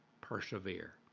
Persevere